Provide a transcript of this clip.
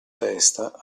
testa